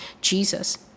Jesus